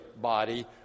body